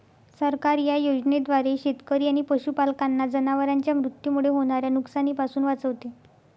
सरकार या योजनेद्वारे शेतकरी आणि पशुपालकांना जनावरांच्या मृत्यूमुळे होणाऱ्या नुकसानीपासून वाचवते